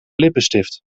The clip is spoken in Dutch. lippenstift